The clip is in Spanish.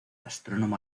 astrónomo